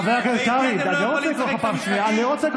חבר הכנסת קרעי, אני לא רוצה לקרוא